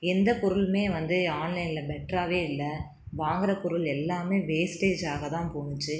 எந்த பொருளுமே வந்து ஆன்லைனில் பெட்டராவே இல்லை வாங்குகிற பொருள் எல்லாமே வேஸ்ட்டேஜாக தான் போணுச்சு